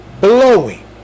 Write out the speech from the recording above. blowing